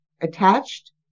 attached